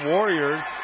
Warriors